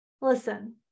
Listen